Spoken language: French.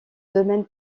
domaine